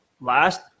Last